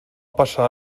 passar